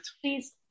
Please